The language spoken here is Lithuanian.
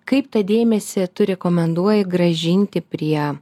kaip tą dėmesį tu rekomenduoji grąžinti prie